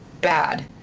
bad